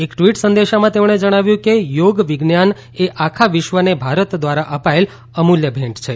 એક ટ્વીટ સંદેશામાં તેમણે જણાવ્યું કે યોગ વિજ્ઞાનએ આખા વિશ્વને ભારત દ્વારા અપાયેલ અમૂલ્ય ભેટ છે